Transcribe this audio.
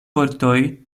vortoj